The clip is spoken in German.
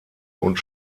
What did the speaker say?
und